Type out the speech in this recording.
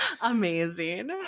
amazing